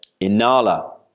Inala